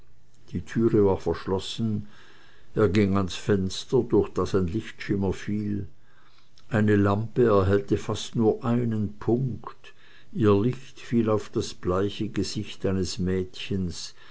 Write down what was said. die türe war verschlossen er ging ans fenster durch das ein lichtschimmer fiel eine lampe erhellte fast nur einen punkt ihr licht fiel auf das bleiche gesicht eines mädchens